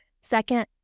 Second